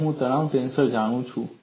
હવે હું તણાવ ટેન્સર જાણું છું